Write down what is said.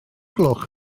gloch